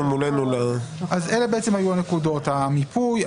אלו היו הנקודות: המיפוי,